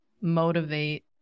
motivate